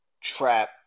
trap